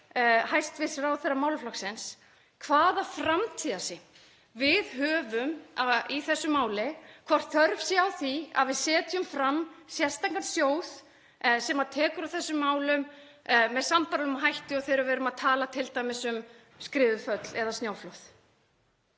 hæstv. ráðherra málaflokksins hvaða framtíðarsýn við höfum í þessu máli, hvort þörf sé á því að við setjum fram sérstakan sjóð sem tekur á þessum málum með sambærilegum hætti og þegar við erum að tala t.d. um skriðuföll eða snjóflóð.